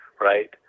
right